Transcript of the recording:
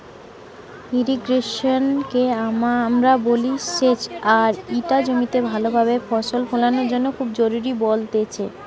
irrigation কে আমরা বলি সেচ আর ইটা জমিতে ভালো ভাবে ফসল ফোলানোর জন্য খুবই জরুরি বলতেছে